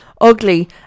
ugly